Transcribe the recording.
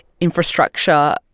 infrastructure